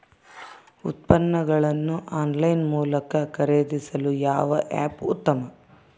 ಉತ್ಪನ್ನಗಳನ್ನು ಆನ್ಲೈನ್ ಮೂಲಕ ಖರೇದಿಸಲು ಯಾವ ಆ್ಯಪ್ ಉತ್ತಮ?